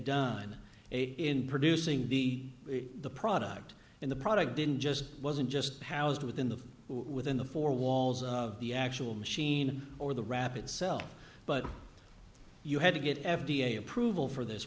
done in producing the product in the product didn't just wasn't just housed within the within the four walls of the actual machine or the wrap itself but you had to get f d a approval for this